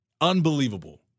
Unbelievable